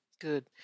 good